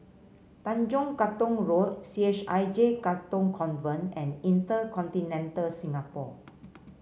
Tanjong Katong Road C H I J Katong Convent and Inter Continental Singapore